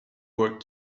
were